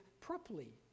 properly